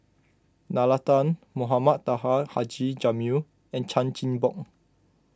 Nalla Tan Mohamed Taha Haji Jamil and Chan Chin Bock